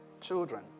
children